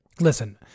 listen